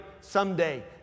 someday